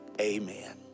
Amen